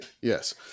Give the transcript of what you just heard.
Yes